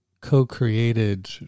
co-created